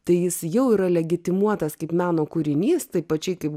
tai jis jau yra legitimuotas kaip meno kūrinys tai pačiai kaip